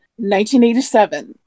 1987